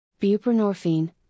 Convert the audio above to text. Buprenorphine